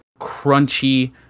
crunchy